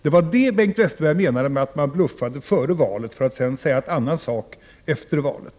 Där menade Bengt Westerberg att man bluffar före valet för att sedan säga någonting annat efter valet.